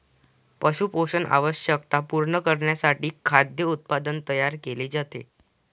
पशु पोषण आवश्यकता पूर्ण करण्यासाठी खाद्य उत्पादन तयार केले जाते